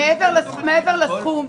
מעבר לסכום,